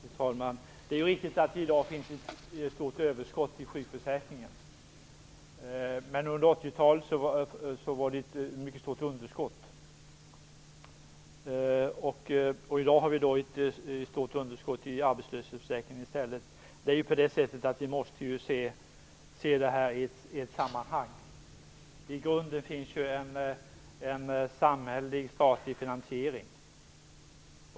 Fru talman! Det är riktigt att det i dag finns ett stort överskott i sjukförsäkringen. Under 80-talet var det däremot ett mycket stort underskott. I dag har vi ett stort underskott i arbetslöshetsförsäkringen i stället. Vi måste se det här i ett sammanhang. I grunden finns en samhällelig, statlig, finansiering.